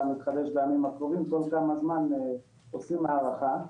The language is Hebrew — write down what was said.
מתחדש בימים הקרובים כי כל כמה זמן עושים הערכה.